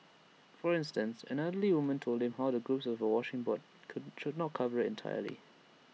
for instance an elderly woman told him how the grooves on A washing board could should not cover IT entirely